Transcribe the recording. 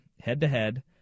head-to-head